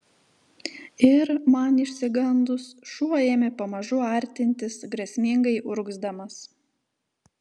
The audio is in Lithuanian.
ir man išsigandus šuo ėmė pamažu artintis grėsmingai urgzdamas